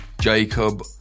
Jacob